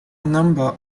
number